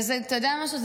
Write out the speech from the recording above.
ואתה יודע משהו?